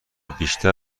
بیشتر